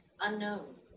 unknown